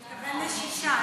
אין לי שישה.